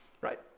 right